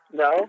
no